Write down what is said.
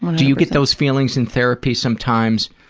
do you get those feelings in therapy sometimes,